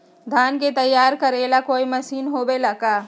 धान के तैयार करेला कोई मशीन होबेला का?